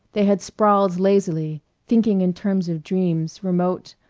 they had sprawled lazily, thinking in terms of dreams, remote,